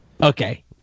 Okay